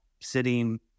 sitting